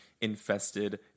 infested